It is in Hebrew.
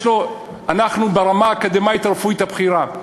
אנחנו ברמה האקדמית הרפואית הבכירה.